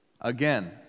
again